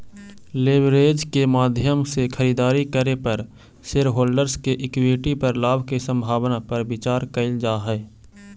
leverage के माध्यम से खरीदारी करे पर शेरहोल्डर्स के इक्विटी पर लाभ के संभावना पर विचार कईल जा हई